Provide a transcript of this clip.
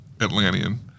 Atlantean